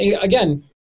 again